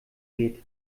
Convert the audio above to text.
geht